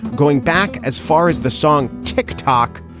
going back as far as the song tick tock.